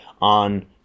on